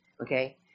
okay